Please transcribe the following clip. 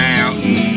Mountain